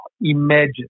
imagine